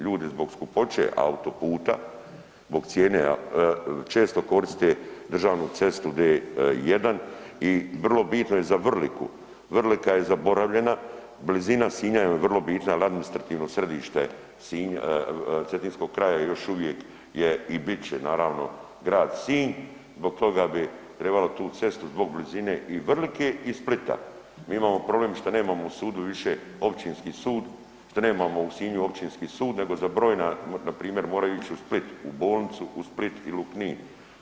Ljudi zbog skupoće autoputa, zbog cijene često koriste državnu cestu D1 i vrlo bitno je za Vrliku, Vrlika je zaboravljena, blizina Sinja joj je vrlo bitna jer administrativno sjedište Sinj cetinskog kraja još uvijek je i bit će naravno grad Sinj zbog toga bi trebalo tu cestu, zbog blizine i Vrlike i Splita, mi imamo problem što nemamo u sudu više općinski sud, što nemamo u Sinju općinski sud nego za brojna npr. moraju ići u Split, u bolnicu u Split ili u Knin.